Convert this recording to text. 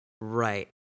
Right